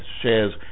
shares